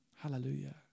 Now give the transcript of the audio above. Hallelujah